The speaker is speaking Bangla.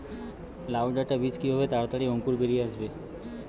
লাউ ডাটা বীজ কিভাবে তাড়াতাড়ি অঙ্কুর বেরিয়ে আসবে?